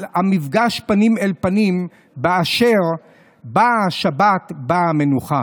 על המפגש פנים-אל-פנים, באשר באה שבת, באה מנוחה,